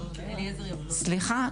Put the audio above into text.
סליחה.